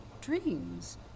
Dreams